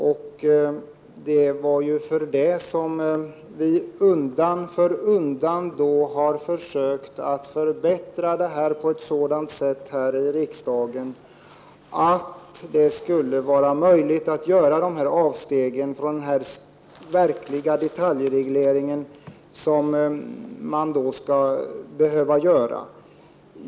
Och det är därför som vi här i riksdagen undan för undan har försökt att förbättra detta på ett sådant sätt att det skall vara möjligt att göra dessa avsteg från den detaljreglering som föreligger.